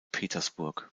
petersburg